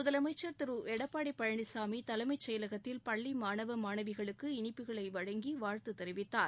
முதலமைச்சள் திரு எடப்பாடி பழனிசாமி தலைமைச் செயலகத்தில் பள்ளி மாணவ மாணவிகளுக்கு இனிப்புகளை வழங்கி வாழ்த்து தெரிவித்தார்